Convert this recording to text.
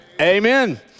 amen